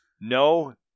No